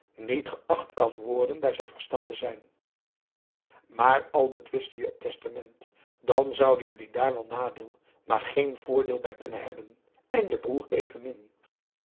niet geacht kan worden bij zijn verstand te zijn maar al betwistte je het testament dan zouden jullie daar wel nadeel maar geen voor aum boe akar eel bij kunnen hebben en je broer evenmin